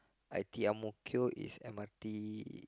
I_T_E Ang-Mo-Kio is M_R_T